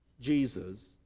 Jesus